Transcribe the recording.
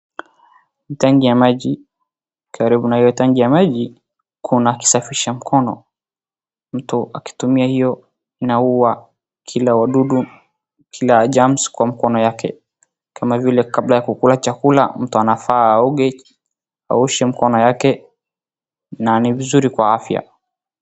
Tenki ya maji. Karibu na hiyo tenki ya maji kuna kisafisha mkono. Mtu akitumia hiyo inauwa kila wadudu, kila germs kwa mkono wake kama vile kabla ya kukula chakula mtu anafaa aoge aoshe mkono yake na ni vizuri kwa afya.